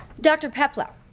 dr. peplau,